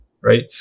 right